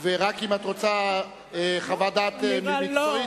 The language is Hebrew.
ורק אם את רוצה חוות דעת מקצועית,